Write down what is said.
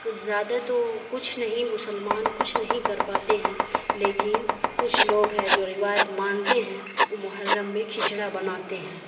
زیادہ تو کچھ نہیں مسلمان کچھ نہیں کر پاتے ہیں لیکن کچھ لوگ ہیں جو روایت مانتے ہیں وہ محرم میں کھچڑا بناتے ہیں